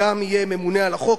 גם יהיה ממונה על החוק.